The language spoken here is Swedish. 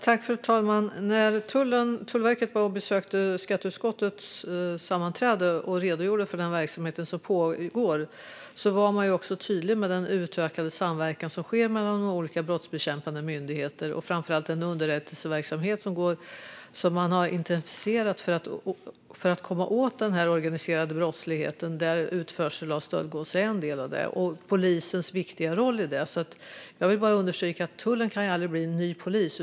Fru talman! När Tullverket var och besökte skatteutskottets sammanträde och redogjorde för den verksamhet som pågår var man tydlig med den utökade samverkan som sker mellan olika brottsbekämpande myndigheter. Framför allt var man tydlig med att underrättelseverksamheten har intensifierats för att man ska komma åt den organiserade brottsligheten, där utförsel av stöldgods är en del, och med polisens viktiga roll i detta. Jag vill alltså bara understryka att tullen aldrig kan bli en ny polis.